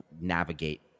navigate